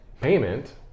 payment